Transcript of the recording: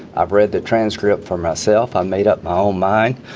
i've read the transcript for myself. i made up my own mind.